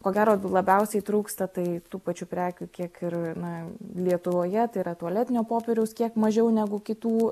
ko gero labiausiai trūksta tai tų pačių prekių kiek ir na lietuvoje tai yra tualetinio popieriaus kiek mažiau negu kitų